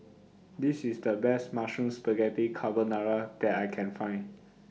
This IS The Best Mushroom Spaghetti Carbonara that I Can Find